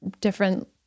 different